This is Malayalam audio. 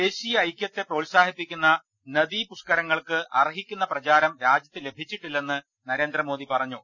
ദേശീയ ഐക്യത്തെ പ്രോത്സാഹിപ്പിക്കുന്ന നദീ പുഷ്ക്കര ങ്ങൾക്ക് അർഹിക്കുന്ന പ്രചാരം രാജ്യത്ത് ലഭിച്ചിട്ടില്ലെന്ന് നരേന്ദ്രമോദി പറഞ്ഞു